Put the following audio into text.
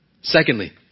Secondly